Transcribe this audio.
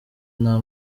nta